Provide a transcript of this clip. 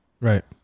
Right